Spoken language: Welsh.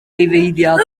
gyfeiriad